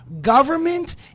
Government